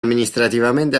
amministrativamente